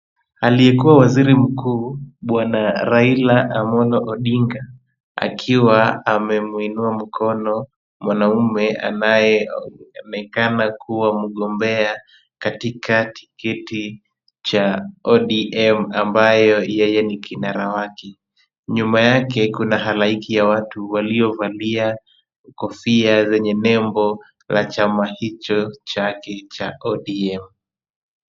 Aliyekuwa waziri mkuu bwana Raila Amollo Odinga akiwa amemuinua mkono mwanamume anayeonekana kuwa mgombea katika tiketi cha ODM ambayo yeye ni kinara wake. Nyuma yake kuna halaiki ya watu waliovalia kofia zenye nembo za chama hicho chake cha ODM.